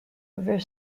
over